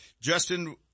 Justin